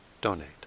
donate